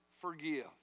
forgive